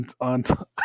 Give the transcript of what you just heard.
on